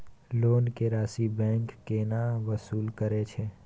Loan के राशि bank केना वसूल करे छै?